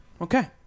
okay